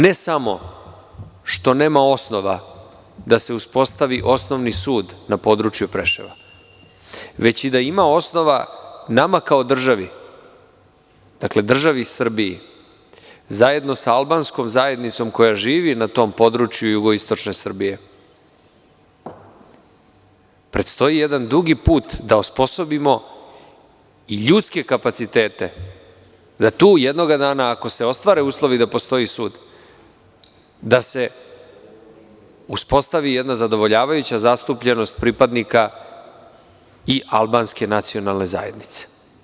Ne samo što nema osnova da se uspostavi osnovni sud na području Preševa, već i da ima osnova nama kao državi, državi Srbiji zajedno sa albanskom zajednicom koja živi na tom području Jugoistočne Srbije predstoji jedan dug put da osposobimo i ljudske kapacitete, da tu jednog dana ako se ostvare uslovi da postoji sud, da se uspostavi jedna zadovoljavajuća zastupljenost pripadnika i albanske nacionalne zajednice.